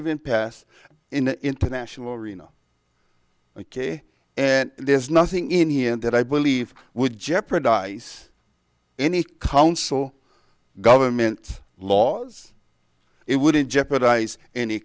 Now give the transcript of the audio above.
have been passed in the international arena ok and there's nothing in here that i believe would jeopardize any council government laws it wouldn't jeopardize any